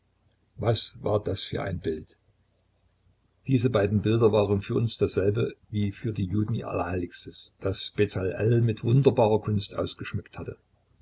was war das für ein bild diese beiden bilder waren für uns dasselbe wie für die juden ihr allerheiligstes das bezaleel mit wunderbarer kunst ausgeschmückt hatte